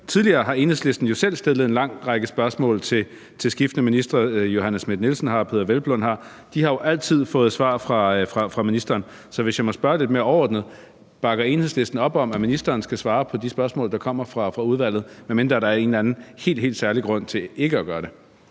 tidligere har Enhedslisten jo selv stillet en lang række spørgsmål til skiftende ministre. Fru Johanne Schmidt Nielsen har, og hr. Peder Hvelplund har, og de har jo altid fået svar fra ministeren. Så hvis jeg må spørge lidt mere overordnet: Bakker Enhedslisten op om, at ministeren skal svare på de spørgsmål, der kommer fra udvalget, medmindre der er en eller anden helt, helt særlig grund til ikke at gøre det?